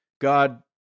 God